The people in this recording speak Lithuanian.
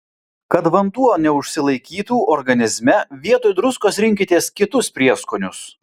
kad vanduo neužsilaikytų organizme vietoj druskos rinkitės kitus prieskonius